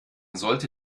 sollte